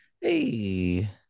hey